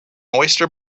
oyster